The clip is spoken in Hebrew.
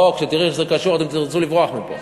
אוהו, כשתראי איך זה קשור אתם תרצו לברוח מפה.